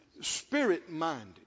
Spirit-minded